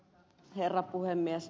herra puhemies